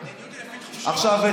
דודי, על פי תחושות או על פי נתונים?